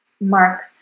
Mark